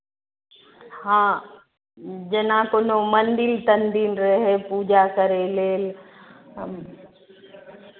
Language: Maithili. हँ जेना कोनो मन्दिर तन्दिर रहै पूजा करय लेल हम